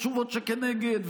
תשובות שכנגד,